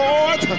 Lord